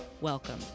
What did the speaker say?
Welcome